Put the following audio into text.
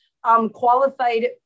Qualified